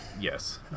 Yes